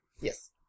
Yes